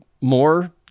more